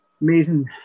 amazing